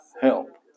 help